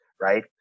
right